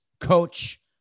coach